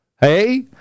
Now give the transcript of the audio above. Hey